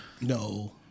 No